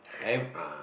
eve~ ah